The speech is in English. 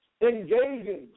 engaging